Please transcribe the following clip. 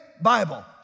Bible